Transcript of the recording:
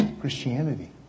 Christianity